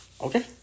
Okay